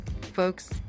folks